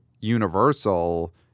Universal